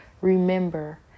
remember